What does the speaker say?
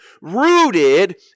rooted